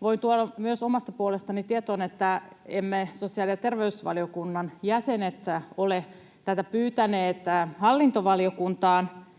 voin tuoda myös omasta puolestani tietoon, että emme me sosiaali- ja terveysvaliokunnan jäsenet ole tätä pyytäneet hallintovaliokuntaan.